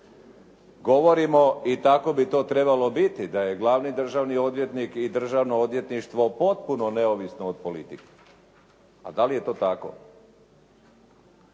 Govorimo i tako bi to trebalo biti da je glavni državni odvjetnik i Državno odvjetništvo potpuno neovisno od politike. A da li je to tako?